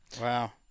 Wow